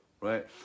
right